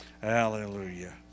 Hallelujah